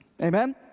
Amen